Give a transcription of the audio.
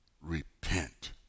repent